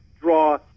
draw